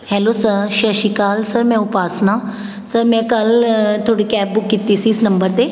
hello sir ਸਤਿ ਸ਼੍ਰੀ ਅਕਾਲ ਸਰ ਮੈਂ ਉਪਾਸਨਾ ਸਰ ਮੈਂ ਕੱਲ੍ਹ ਤੁਹਾਡੀ ਕੈਬ ਬੁੱਕ ਕੀਤੀ ਸੀ ਇਸ ਨੰਬਰ 'ਤੇ